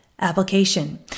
Application